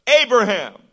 Abraham